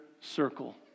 circle